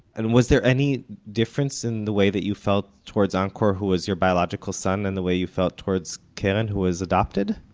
and was there any difference in the way that you felt towards angkor who was your biological son and the way you felt toward keren who was adopted?